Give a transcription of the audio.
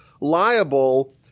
liable